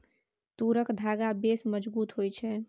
तूरक धागा बेस मजगुत होए छै